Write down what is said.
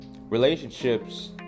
relationships